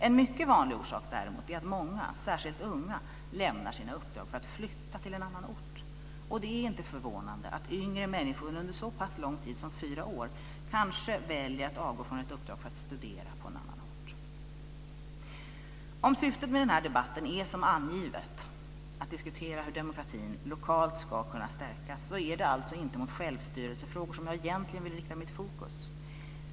En mycket vanlig orsak däremot är att många, särskilt unga, lämnar sina uppdrag för att flytta till en annan ort. Det är inte förvånande att yngre människor under så pass lång tid som fyra år kanske väljer att avgå från ett uppdrag för att studera på en annan ort. Om syftet med den här debatten är som angivet, att diskutera hur demokratin lokalt ska kunna stärkas, är det alltså inte mot självstyrelsefrågor som jag egentligen vill rikta mitt fokus.